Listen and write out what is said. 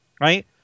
right